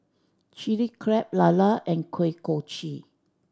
Chilli Crab lala and Kuih Kochi